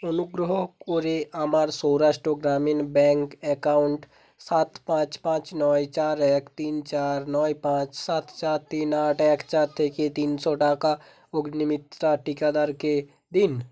অনুগ্রহ করে আমার সৌরাষ্ট্র গ্রামীণ ব্যাঙ্ক অ্যাকাউন্ট সাত পাঁচ পাঁচ নয় চার এক তিন চার নয় পাঁচ সাত চার তিন আট এক চার থেকে তিনশো টাকা অগ্নিমিত্রা টিকাদারকে দিন